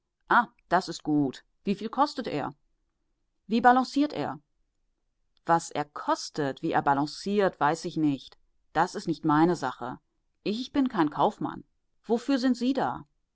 das ist gut wieviel kostet er wie balanciert er was er kostet wie er balanciert weiß ich nicht das ist nicht meine sache ich bin kein kaufmann wofür sind sie da